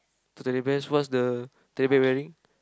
two teddy bears what is the teddy bear wearing